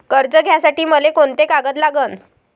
कर्ज घ्यासाठी मले कोंते कागद लागन?